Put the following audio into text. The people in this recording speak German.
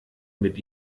mit